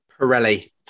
Pirelli